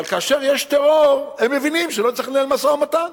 אבל כאשר יש טרור הם מבינים שלא צריך לנהל משא-ומתן.